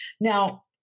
Now